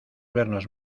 vernos